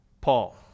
Paul